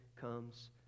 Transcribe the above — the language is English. comes